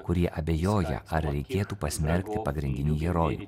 kurie abejoja ar reikėtų pasmerkti pagrindinių herojų